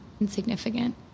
insignificant